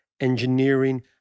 engineering